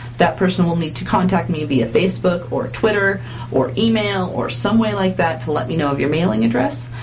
that person will need to contact me via facebook or twitter or email or some way like that to let me know of your mailing address,